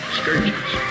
scourges